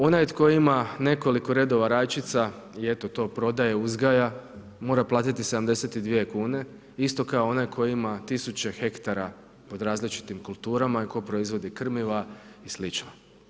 Onaj tko ima nekoliko redova rajčica i eto to prodaje, uzgaja mora platiti 72 kune isto kao onaj koji ima tisuće hektara pod različitim kulturama i tko proizvodi krmiva i slično.